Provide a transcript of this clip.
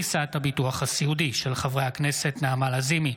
לסדר-היום של חברי הכנסת נעמה לזימי,